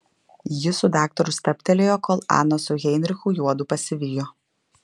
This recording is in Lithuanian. jis su daktaru stabtelėjo kol ana su heinrichu juodu pasivijo